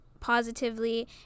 positively